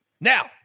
Now